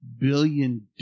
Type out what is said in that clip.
billion